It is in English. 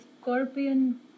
scorpion